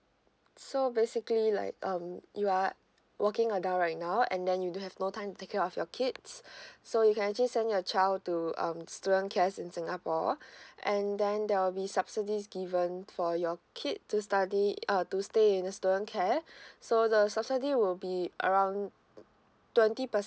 so basically like um you are working adult right now and then you don't have more time to take care of your kids so you can actually send your child to um student cares in singapore and then there will be subsidies given for your kid to study uh to stay in the student care subsidy will be around twenty